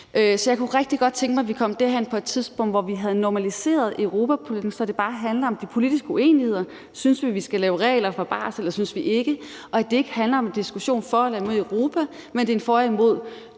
Så jeg kunne rigtig godt tænke mig, at vi på et tidspunkt kom derhen, hvor vi havde normaliseret europapolitikken, så det bare handler om de politiske uenigheder, altså om vi synes, at vi skal lave regler for barsel, eller om vi ikke synes det, og at det ikke handler om en diskussion om et for eller imod Europa, men det handler om